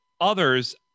others